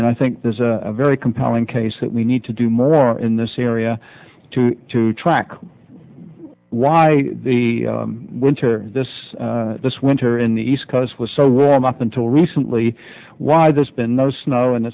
and i think there's a very compelling case that we need to do more in this area to track why the winter this this winter in the east because it was so warm up until recently why there's been no snow and